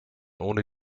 ohne